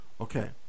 Okay